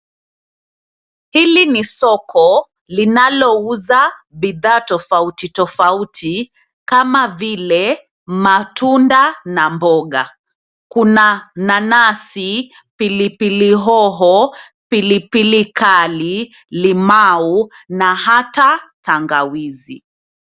Hili ni soko linalouza bidhaa tofauti tofauti kama vile matunda na mboga. Kuna nanasi, pilipil hoho, pilipili kali, limau na hata tangawizi.